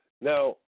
Now